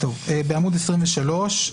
בעמוד 23,